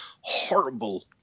horrible